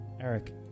Eric